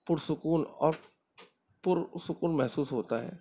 پرسکون اور پرسکون محسوس ہوتا ہے